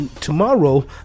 tomorrow